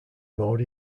mode